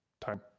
time